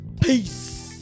Peace